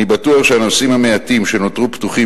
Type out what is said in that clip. אני בטוח שהנושאים המעטים שנותרו פתוחים